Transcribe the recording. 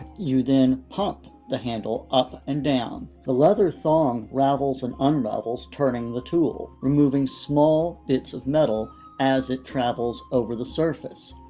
you then pump the handle up and down. the leather thong ravels and unravels, turning the tool, removing small bits of metal as it travels over the surface.